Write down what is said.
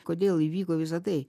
kodėl įvyko visa tai